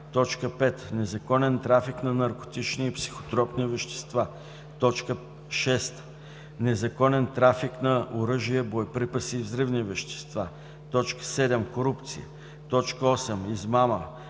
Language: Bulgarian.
незаконен трафик на наркотични и психотропни вещества; 6. незаконен трафик на оръжия, боеприпаси и взривни вещества; 7. корупция; 8. измама,